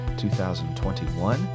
2021